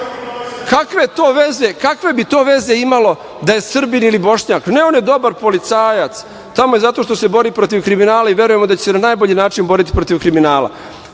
Kakve bi to veze imalo da je Srbin ili Bošnjak. Ne, on je dobar policajac, tamo je zato što se bori protiv kriminala i verujemo da će se na najbolji način boriti protiv kriminala.